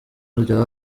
bya